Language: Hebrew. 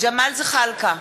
ג'מאל זחאלקה,